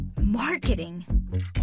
marketing